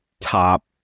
top